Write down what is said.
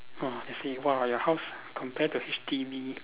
ah I say !wah! your house compare to H_D_B